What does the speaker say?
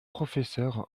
professeure